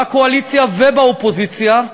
בקואליציה ובאופוזיציה,